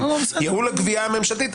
ייעול הגבייה הממשלתית?